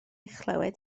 chlywed